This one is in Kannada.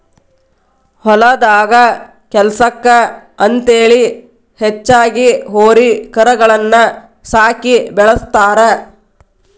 ಹೊಲದಾಗ ಕೆಲ್ಸಕ್ಕ ಅಂತೇಳಿ ಹೆಚ್ಚಾಗಿ ಹೋರಿ ಕರಗಳನ್ನ ಸಾಕಿ ಬೆಳಸ್ತಾರ